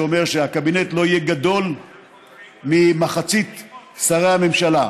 שאומר שהקבינט לא יהיה גדול ממחצית שרי הממשלה,